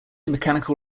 mechanical